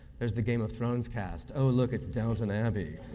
there's the game of thrones cast. oh, look, it's downton abbey.